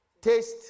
taste